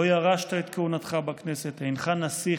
לא ירשת את כהונתך בכנסת, אינך נסיך,